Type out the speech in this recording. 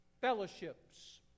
fellowships